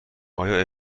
آیا